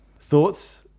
Thoughts